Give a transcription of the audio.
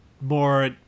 more